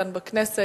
כאן בכנסת.